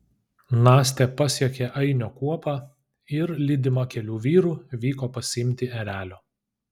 nastė pasiekė ainio kuopą ir lydima kelių vyrų vyko pasiimti erelio